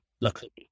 luckily